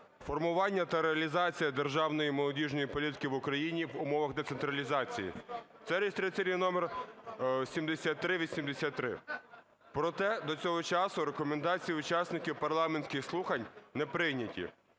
"Формування та реалізація державної молодіжної політики в Україні в умовах децентралізації", це реєстраційний номер 7383. Проте, до цього часу рекомендації учасників парламентських слухань не прийняті.